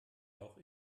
auch